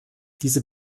diese